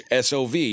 SOV